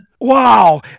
Wow